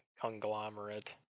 conglomerate